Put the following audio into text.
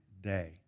day